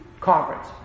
conference